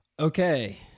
Okay